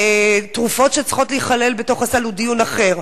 והתרופות שצריכות להיכלל בתוך הסל הוא דיון אחר.